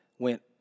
went